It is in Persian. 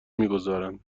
میگذارند